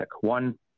One